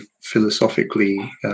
philosophically